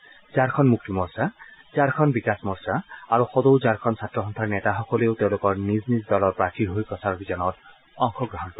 ঝাৰখণ্ড মুক্তি মৰ্চা ঝাৰখণ্ড বিকাশ মৰ্চা আৰু সদৌ ঝাৰখণ্ড ছাত্ৰ সংস্থাৰ নেতাসকলেও তেওঁলোকৰ নিজ নিজ দলৰ প্ৰাৰ্থীৰ হৈ প্ৰচাৰ অভিযানত অংশগ্ৰহণ কৰিব